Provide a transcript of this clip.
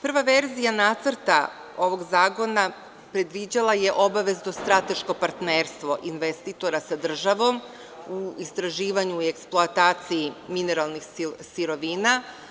Prva verzija nacrta ovog zakona predviđala je obavezno strateško partnerstvo investitora sa državom u istraživanju i eksploataciji mineralnih sirovina.